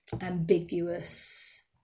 ambiguous